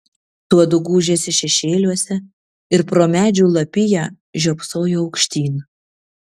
tuodu gūžėsi šešėliuose ir pro medžių lapiją žiopsojo aukštyn